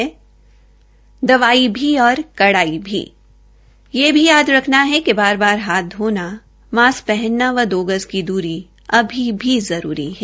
दवाई भी और कड़ाई भी यह भी याद रखना है कि बार बार हाथ धोना मास्क पहनना व दो गज की दूरी अभी भी जरूरी है